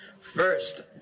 First